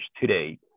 Today